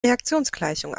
reaktionsgleichung